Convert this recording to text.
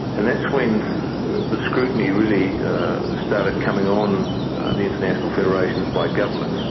and that's when the scrutiny really started coming on the international federations by governments,